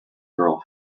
girl